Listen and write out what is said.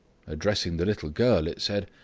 addressing the little girl it said,